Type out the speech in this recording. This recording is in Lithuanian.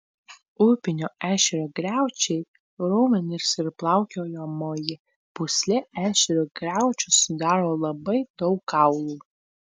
upinio ešerio griaučiai raumenys ir plaukiojamoji pūslė ešerio griaučius sudaro labai daug kaulų